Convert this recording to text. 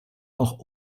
auch